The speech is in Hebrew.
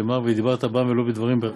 שנאמר 'ודברת בם',